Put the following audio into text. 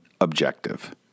objective